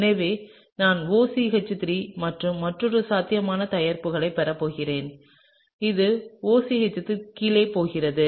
எனவே நான் OCH3 மற்றும் மற்றொரு சாத்தியமான தயாரிப்பைப் பெறப் போகிறேன் இது OCH3 கீழே போகிறது